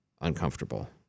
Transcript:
uncomfortable